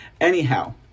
Anyhow